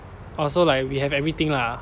oh so like we have everything lah